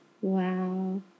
Wow